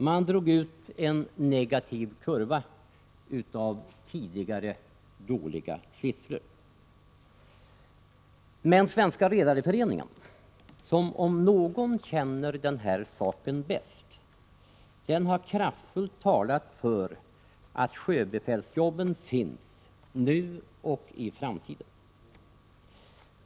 Man har dragit ut en negativ kurva av tidigare dåliga siffror. Men Svenska redareföreningen, som om någon känner till den här saken, har kraftfullt talat för att sjöbefälsjobbet finns nu och i framtiden.